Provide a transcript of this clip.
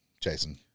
Jason